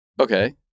Okay